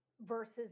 versus